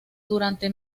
durante